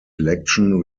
election